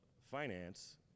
finance